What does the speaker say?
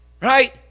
Right